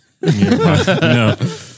No